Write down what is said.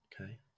Okay